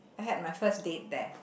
I had my first date there